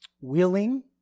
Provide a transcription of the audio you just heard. willing